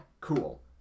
Cool